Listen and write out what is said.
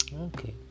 okay